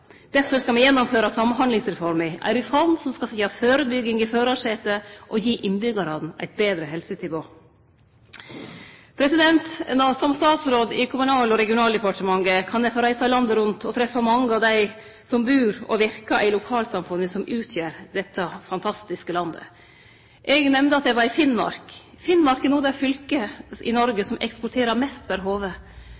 Derfor skal me gjennomføre Samhandlingsreforma, ei reform som skal setje førebygging i førarsetet og gi innbyggjarane eit betre helsetilbod. Som statsråd i Kommunal- og regionaldepartementet kan eg få reise landet rundt og treffe mange av dei som bur og verkar i dei lokalsamfunna som utgjer dette fantastiske landet. Eg nemnde at eg var i Finnmark. Finnmark er no det fylket i Noreg